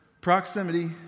proximity